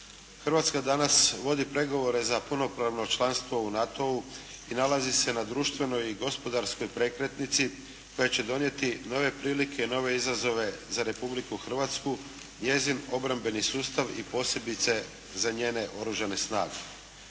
Hrvatska danas vodi pregovore za punopravno članstvo u NATO-u i nalazi se na društvenoj i gospodarskoj prekretnici koja će donijeti nove prilike i nove izazove za Republiku Hrvatsku, njezin obrambeni sustav i posebice za njene Oružane snage.